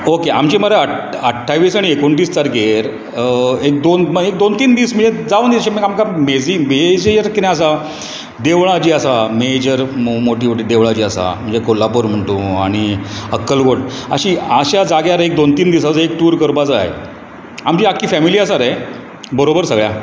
okay आमची मरे अठ्ठावीस आनी एकोणतीस तारकेर एक दोन दोन तीन दिस जावन दी अशें मेन कितें आसा देवळां जी आसा मेजर मोटी मोटी देवळां जी आसा कोल्हापूर म्हण तूं आनी अक्कलकोट म्हण अशा जाग्यार एक दोन तीन दिसांचो टूर करपाक जाय आमची आख्खी फेमिली आसा रे बरोबर सगळ्या